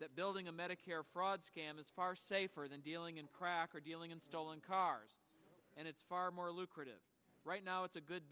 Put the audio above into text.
that building a medicare fraud scam is far safer than dealing in crack or dealing in stolen cars and it's far more lucrative right now it's a good